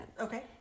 Okay